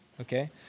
Okay